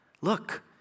Look